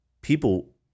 people